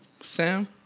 Sam